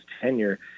tenure